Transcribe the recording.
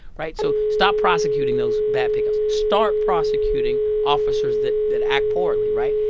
right? so stop prosecuting those bad pickups. start prosecuting officers that that act poorly, right?